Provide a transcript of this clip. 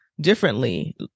differently